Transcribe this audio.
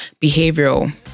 behavioral